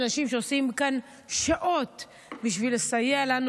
לאנשים ונשים שעושים כאן שעות בשביל לסייע לנו,